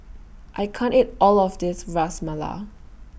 I can't eat All of This Ras Malai